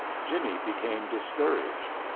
jimmie became discouraged.